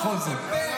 בכל זאת.